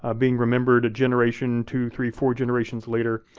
ah being remembered a generation, two, three, four generations later,